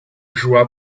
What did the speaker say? joua